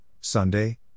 Sunday